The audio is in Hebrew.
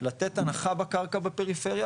לתת הנחה בקרקע בפריפריה.